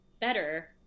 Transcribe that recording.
better